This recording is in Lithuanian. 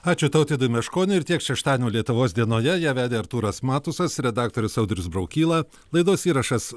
ačiū tautvydui meškoniui ir tiek šeštadienio lietuvos dienoje ją vedė artūras matusas redaktorius audrius braukyla laidos įrašas